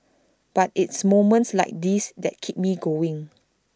but it's moments like this that keep me going